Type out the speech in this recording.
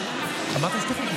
ברגע שזה גורמים פוליטיים,